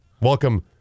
Welcome